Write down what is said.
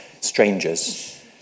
strangers